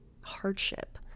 hardship